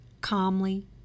calmly